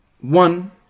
one